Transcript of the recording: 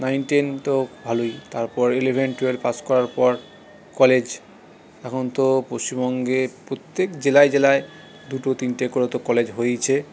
nine ten তো ভালোই তারপর ইলেভেন টুয়েলভ পাশ করার পর কলেজ এখন তো পশ্চিমবঙ্গের প্রত্যেক জেলায় জেলায় দুটো তিনটে করে তো কলেজ হয়েইছে